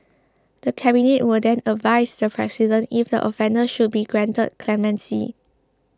the Cabinet will then advise the President if the offender should be granted clemency